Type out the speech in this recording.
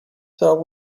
that